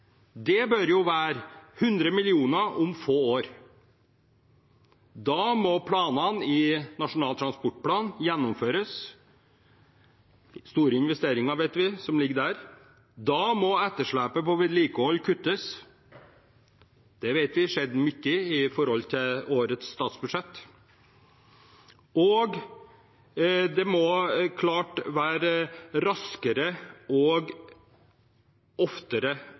bør være 100 millioner om få år. Da må planene i Nasjonal transportplan gjennomføres – vi vet det er store investeringer som ligger der. Da må etterslepet på vedlikehold kuttes – der vet vi det skjedde mye i årets statsbudsjett. Og det må klart være raskere og oftere